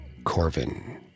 Corvin